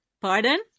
Pardon